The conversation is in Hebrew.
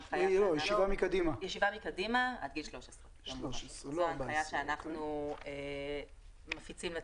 עד גיל 13. זאת ההנחיה שאנחנו מפיצים לציבור.